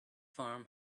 farm